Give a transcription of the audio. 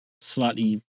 slightly